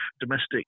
domestic